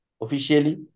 officially